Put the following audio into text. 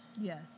Yes